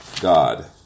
god